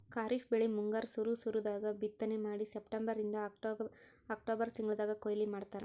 ಖರೀಫ್ ಬೆಳಿ ಮುಂಗಾರ್ ಸುರು ಸುರು ದಾಗ್ ಬಿತ್ತನೆ ಮಾಡಿ ಸೆಪ್ಟೆಂಬರಿಂದ್ ಅಕ್ಟೋಬರ್ ತಿಂಗಳ್ದಾಗ್ ಕೊಯ್ಲಿ ಮಾಡ್ತಾರ್